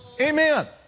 Amen